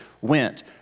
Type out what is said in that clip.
went